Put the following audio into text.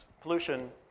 pollution